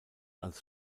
als